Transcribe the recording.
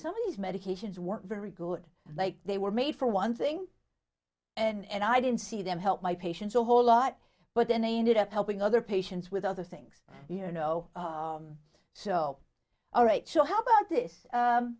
some of these medications weren't very good like they were made for one thing and i didn't see them help my patients a whole lot but then i ended up helping other patients with other things you know so all right so how about this